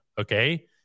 okay